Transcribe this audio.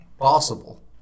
possible